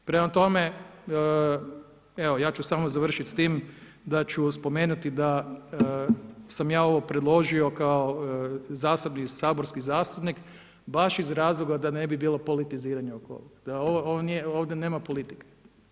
Prema tome, evo ja ću samo završiti s tim da ću spomenuti da sam ja ovo predložio kao zasebni saborski zastupnik baš iz razloga da ne bi bilo politiziranja, ovdje nema politike.